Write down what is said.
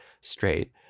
straight